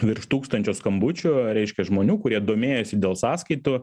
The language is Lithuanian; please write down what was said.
virš tūkstančio skambučių reiškia žmonių kurie domėjosi dėl sąskaitų